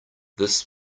this